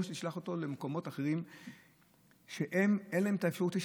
שתשלח אותו למקומות אחרים שאין להם את האפשרות.